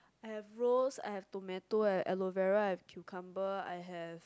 I have rose tomato aloe vera cucumber I have